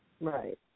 Right